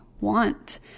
want